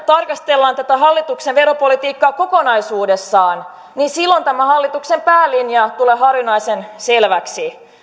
tarkastellaan tätä hallituksen veropolitiikkaa kokonaisuudessaan niin silloin tämä hallituksen päälinja tulee harvinaisen selväksi